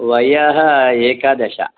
वयः एकादश